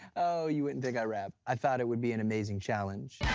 oh, you wouldn't think i rap. i thought it would be an amazing challenge.